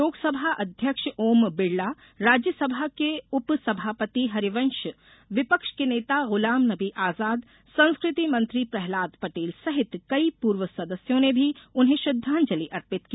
लोकसभा अध्यक्ष ओम बिड़ला राज्यसभा के उपसभापति हरिवंश विपक्ष के नेता गुलाम नबी आजाद संस्कृति मंत्री प्रहलाद पटेल सहित कई पूर्व सदस्यों ने भी उन्हें श्रद्वांजलि अर्पित की